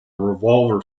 revolver